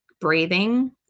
breathing